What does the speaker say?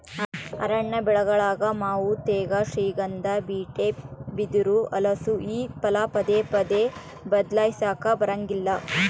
ಅರಣ್ಯ ಬೆಳೆಗಳಾದ ಮಾವು ತೇಗ, ಶ್ರೀಗಂಧ, ಬೀಟೆ, ಬಿದಿರು, ಹಲಸು ಈ ಫಲ ಪದೇ ಪದೇ ಬದ್ಲಾಯಿಸಾಕಾ ಬರಂಗಿಲ್ಲ